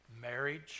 marriage